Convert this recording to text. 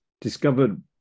discovered